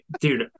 dude